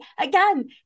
again